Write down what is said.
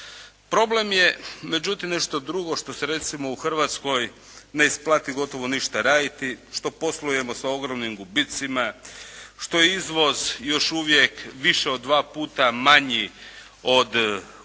Problem je međutim nešto drugo što se recimo u Hrvatskoj ne isplati gotovo ništa raditi, što poslujemo sa ogromnim gubicima, što je izvoz još uvijek više od dva puta manji od uvoza,